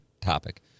topic